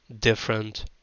different